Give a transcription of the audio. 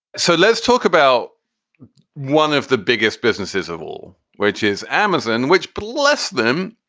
so let's talk about one of the biggest businesses of all. which is amazon, which bless them.